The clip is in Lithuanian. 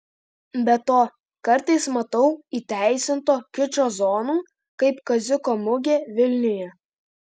be to kartais matau įteisinto kičo zonų kaip kaziuko mugė vilniuje